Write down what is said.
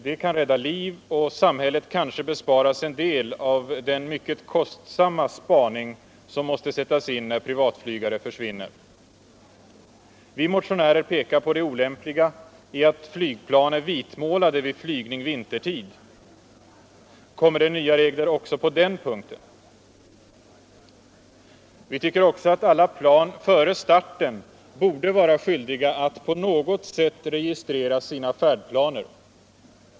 Det kan rädda liv, och samhället kanske besparas en del av den mycket kostsamma spaning som måste sättas in när privatflygare försvinner. Vi motionärer pekade på det olämpliga i att flygplan är vitmålade vid flygning vintertid. Kommer det nya regler också på den punkten? Vi tycker också att alla plan före starten borde vara skyldiga att på något sätt registrera sina färdplaner.